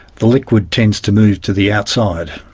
the liquid tends to move to the outside,